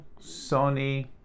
Sony